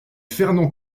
fernand